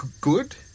good